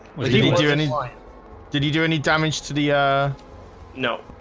he do anyway did he do any damage to the ah no